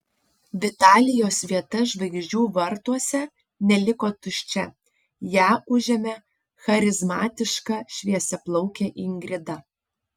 vitalijos vieta žvaigždžių vartuose neliko tuščia ją užėmė charizmatiška šviesiaplaukė ingrida